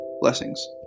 Blessings